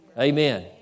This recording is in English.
Amen